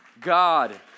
God